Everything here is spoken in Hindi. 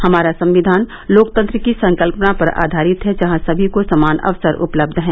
हमारा संविधान लोकतंत्र की संकल्पना पर आधारित है जहां समी को समान अवसर उपलब्ध हैं